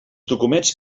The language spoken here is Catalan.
documents